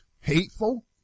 hateful